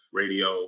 radio